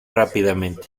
rápidamente